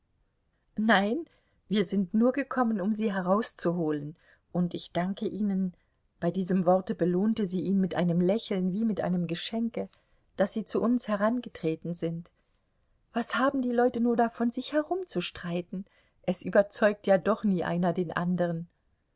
nein wir sind nur gekommen um sie herauszuholen und ich danke ihnen bei diesem worte belohnte sie ihn mit einem lächeln wie mit einem geschenke daß sie zu uns herangetreten sind was haben die leute nur davon sich herumzustreiten es überzeugt ja doch nie einer den andern